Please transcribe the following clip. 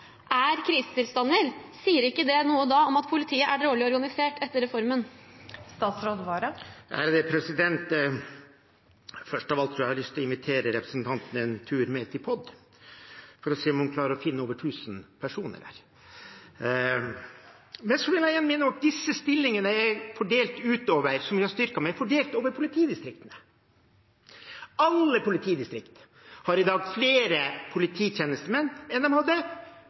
er krisetilstander, sier ikke det da noe om at politiet er dårlig organisert etter reformen? Først av alt tror jeg at jeg har lyst til å invitere representanten med på en tur til POD for å se om hun klarer å finne over 1 000 personer der. Så vil jeg igjen minne om at disse stillingene som vi har styrket med, er fordelt utover politidistriktene. Alle politidistrikt har i dag flere polititjenestemenn enn de hadde